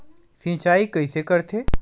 सिंचाई कइसे करथे?